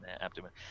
abdomen